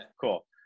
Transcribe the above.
cool